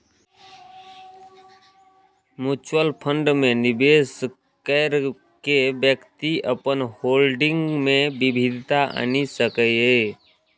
mutual fund मे निवेश कैर के व्यक्ति अपन होल्डिंग मे विविधता आनि सकैए